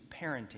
Parenting